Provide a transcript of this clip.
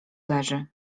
leży